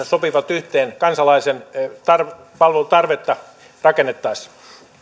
sopivat yhteen kansalaisen palvelutarvetta rakennettaessa